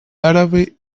árabe